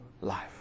life